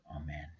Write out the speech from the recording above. Amen